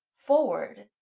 forward